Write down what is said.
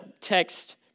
text